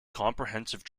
comprehensive